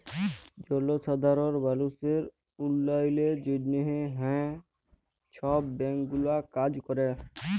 জলসাধারল মালুসের উল্ল্যয়লের জ্যনহে হাঁ ছব ব্যাংক গুলা কাজ ক্যরে